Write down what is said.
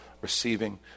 receiving